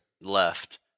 left